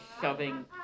shoving